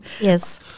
Yes